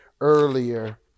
earlier